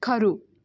ખરું